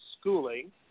schooling